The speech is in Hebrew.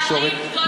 פערים גדולים,